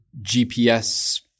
GPS